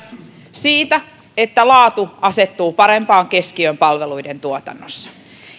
siitä että laatu asettuu parempaan keskiöön palveluiden tuotannossa